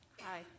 Hi